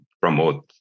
promote